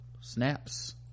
snaps